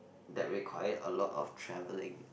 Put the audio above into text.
that require a lot of travelling